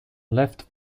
left